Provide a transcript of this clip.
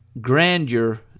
grandeur